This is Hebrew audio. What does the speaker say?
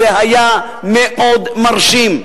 זה היה מאוד מרשים.